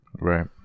right